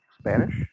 Spanish